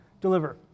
deliver